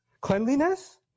Cleanliness